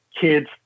kids